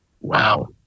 Wow